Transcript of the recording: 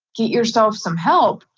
get yourself some help,